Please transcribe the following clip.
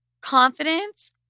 confidence